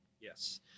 Yes